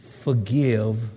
forgive